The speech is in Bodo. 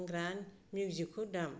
बांग्रा मिउजिकखौ दाम